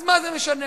מה זה משנה,